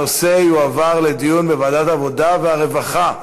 הנושא יועבר לדיון בוועדת העבודה והרווחה,